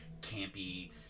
campy